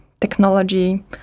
technology